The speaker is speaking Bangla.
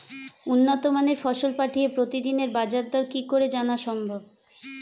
উন্নত মানের ফসল পাঠিয়ে প্রতিদিনের বাজার দর কি করে জানা সম্ভব?